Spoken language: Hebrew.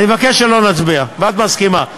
אני מבקש שלא נצביע, ואת מסכימה.